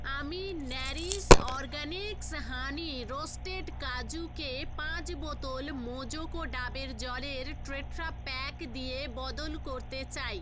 আমি Nourish Organics honey roasted কাজুকে পাঁচ বোতল মোজোকো ডাবের জলের ট্রেট্রা প্যাক দিয়ে বদল করতে চাই